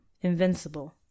invincible